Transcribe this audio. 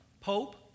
Pope